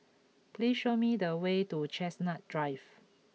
please show me the way to Chestnut Drive